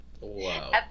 Wow